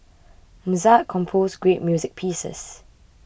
Mozart composed great music pieces